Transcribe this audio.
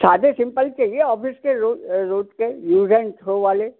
सादे सिम्पल ही चाहिए ऑफिस के रोज़ रोज़ के यूज़ एंड थ्रो वाले